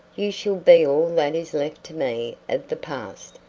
you shall be all that is left to me of the past.